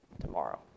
tomorrow